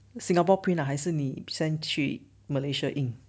singapore print 还是你 send 去 malaysia 印